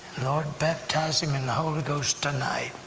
lord, baptize him in the holy ghost tonight!